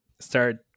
start